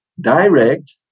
direct